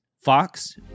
Fox